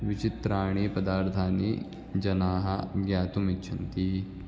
विचित्राणि पदार्थानि जनाःज्ञातुम् इच्छन्ति